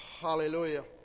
Hallelujah